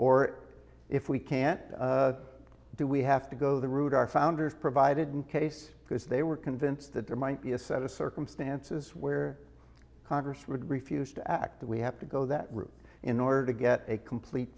or if we can't do we have to go the route our founders provided in case because they were convinced that there might be a set of circumstances where congress would refuse to act we have to go that route in order to get a complete